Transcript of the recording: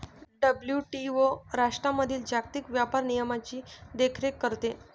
WTO राष्ट्रांमधील जागतिक व्यापार नियमांची देखरेख करते